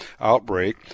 outbreak